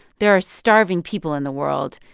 there are starving people in the world.